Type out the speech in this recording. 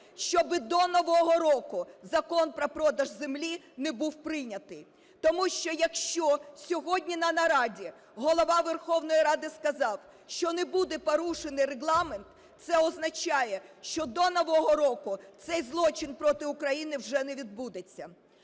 щоб до нового року Закон про продаж землі не був прийнятий. Тому що, якщо сьогодні на нараді Голова Верховної Ради сказав, що не буде порушений Регламент, це означає, що до нового року цей злочин проти України вже не відбудеться.